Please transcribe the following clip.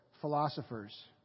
philosophers